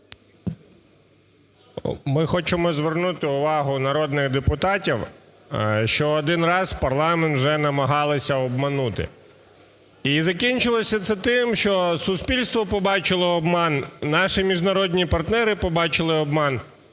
Ми хочемо звернути увагу народних депутатів, що один раз парламент вже намагалися обманути. І закінчилося це тим, що суспільство побачило обман, наші міжнародні партнери побачили обман.